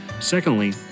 Secondly